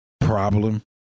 problem